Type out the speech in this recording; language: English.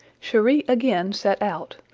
cheri again set out,